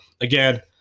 again